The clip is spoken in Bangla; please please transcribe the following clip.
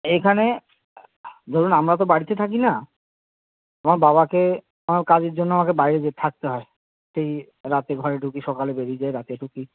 এখানে ধরুন আমরা তো বাড়িতে থাকি না আমার বাবাকে আমার কাজের জন্য আমাকে বাইরে গিয়ে থাকতে হয় সেই রাতে ঘরে ঢুকি সকালে বেরিয়ে যাই রাতে ঢুকি